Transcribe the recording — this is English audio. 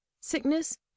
Sickness